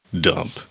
dump